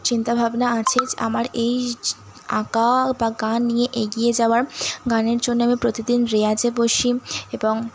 চিন্তাভাবনা আছে যে আমার এই আঁকা বা গান নিয়ে এগিয়ে যাওয়ার গানের জন্য আমি প্রতিদিন রেয়াজে বসি এবং